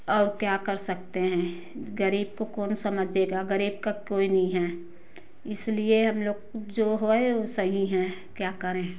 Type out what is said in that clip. और क्या कर सकते हैं गरीब को कौन समझेगा गरीब का कोई नहीं हैं इसलिए हम लोग जो होए उ सही हैं क्या करें